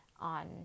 on